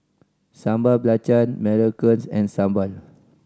Sambal Belacan macarons and sambal